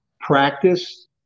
practice